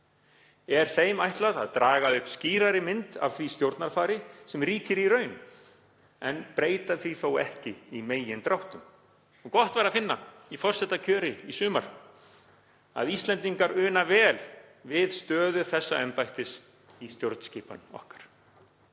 Er þeim ætlað að draga upp skýrari mynd af því stjórnarfari sem ríkir í raun en breyta því þó ekki í megindráttum. Gott var að finna í forsetakjöri í sumar að Íslendingar una vel við stöðu þessa embættis í stjórnskipun okkar.